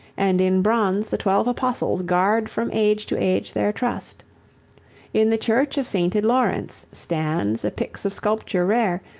and in bronze the twelve apostles guard from age to age their trust in the church of sainted lawrence stands a pix of sculpture rare,